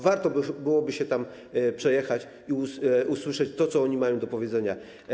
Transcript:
Warto byłoby się tam przejechać i usłyszeć, co ci ludzie mają do powiedzenia.